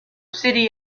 city